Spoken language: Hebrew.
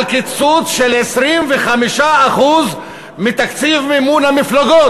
על קיצוץ של 25% בתקציב מימון המפלגות.